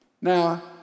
Now